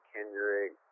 Kendrick